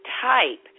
type